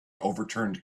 overturned